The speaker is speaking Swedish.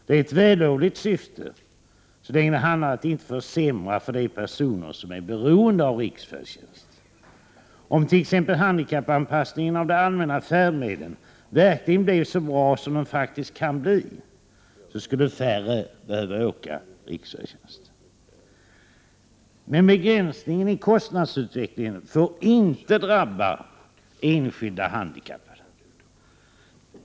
Det är ett vällovligt syfte — så länge som det handlar om att inte försämra för de personer som är beroende av riksfärdtjänst. Om t.ex. handikappanpassningen av de allmänna färdmedlen verkligen blev så bra som den faktiskt kan bli, skulle färre behöva åka riksfärdtjänst. Men begränsningen i kostnadsutvecklingen får inte drabba enskilda handikappade.